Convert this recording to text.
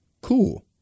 cool